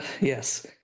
yes